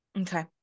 Okay